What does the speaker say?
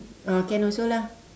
uh can also lah